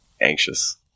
anxious